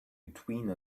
between